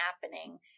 happening